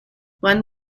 one